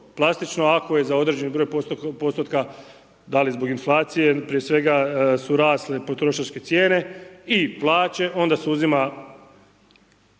ako je za određeni broj postotka da li zbog inflacije prije svega su rasle potrošačke cijene i plaće onda se uzima